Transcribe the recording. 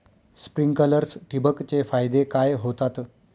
Sprinklers ठिबक चे फायदे काय होतात?